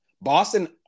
Boston